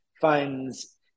finds